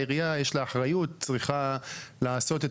לעירייה יש אחריות והיא צריכה לעשות את